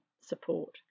support